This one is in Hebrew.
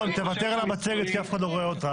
תוותר על המצגת כי אף אחד לא רואה אותה.